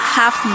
half